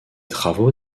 travaux